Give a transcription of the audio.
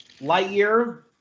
Lightyear